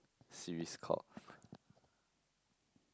series called